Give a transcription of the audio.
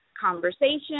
conversation